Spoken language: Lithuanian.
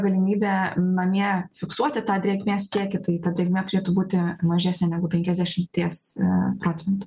galimybė namie fiksuoti tą drėgmės kiekį tai ta drėgmė turėtų būti mažesnė negu penkiasdešimties procentų